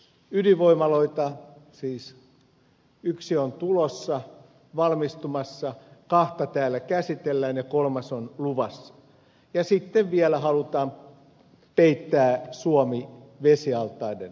ydinvoimaloita siis yksi on tulossa valmistumassa kahta täällä käsitellään ja kolmas on luvassa ja sitten vielä halutaan peittää suomi vesialtaiden alle